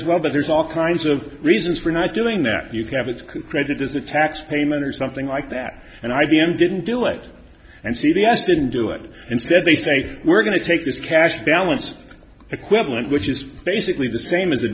says well but there's all kinds of reasons for not doing that you can have it's good credit as a tax payment or something like that and i b m didn't do it and c b s didn't do it instead they say we're going to take this cash balance equivalent which is basically the same as a